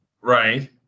right